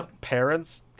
parents